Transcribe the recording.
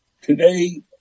Today